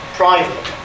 private